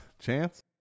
Chance